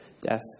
death